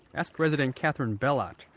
ask resident katherine bellott.